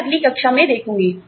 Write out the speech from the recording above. मैं अगली कक्षा में देखूंगी